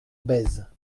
bèze